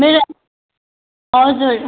मेरो हजुर